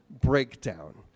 breakdown